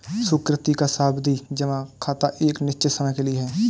सुकृति का सावधि जमा खाता एक निश्चित समय के लिए है